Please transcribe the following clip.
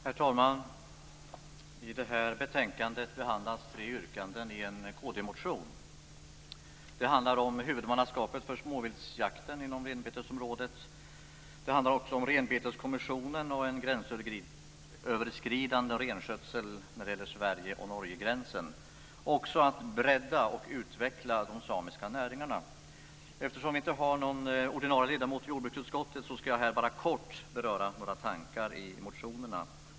Herr talman! I det här betänkandet behandlas tre yrkanden i en kd-motion. Det handlar om huvudmannaskapet för småviltsjakten inom renbetesområdet, renbeteskommissionen och en gränsöverskridande renskötsel vid gränsen mellan Sverige och Norge samt om att bredda och utveckla de samiska näringarna. Eftersom vi inte har någon ordinarie ledamot i jordbruksutskottet skall jag kort beröra våra tankar i motionen.